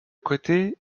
côté